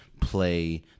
play